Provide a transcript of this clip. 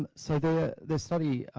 um so the the study,